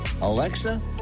Alexa